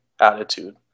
attitude